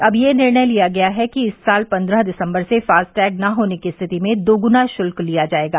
अब यह निर्णय लिया गया है कि इस साल पन्द्रह दिसम्बर से फास्टैग न होने की रिथति में दोगुना शुल्क लिया जाएगा